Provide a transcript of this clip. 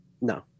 No